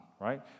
Right